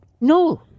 no